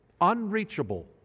unreachable